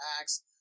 acts